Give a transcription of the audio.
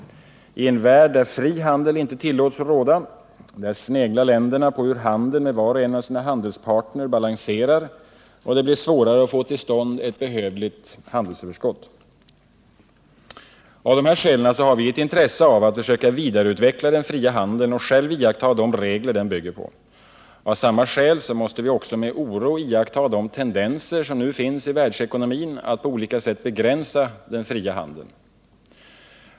I en värld där fri handel inte tillåts råda sneglar länderna på hur handeln med var och en av deras handelspartners balanserar, och det blir svårare att få till stånd ett behövligt handelsöverskott. Av dessa skäl har vi ett intresse av att försöka vidareutveckla den fria handeln och själva iaktta de regler den bygger på. Av samma skäl måste vi också med oro iaktta de tendenser som nu finns i världsekonomin att på olika sätt begränsa den fria handeln.